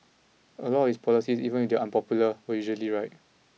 a lot of his policies even if they unpopular were usually right